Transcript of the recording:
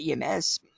EMS